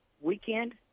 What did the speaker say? weekend